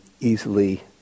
easily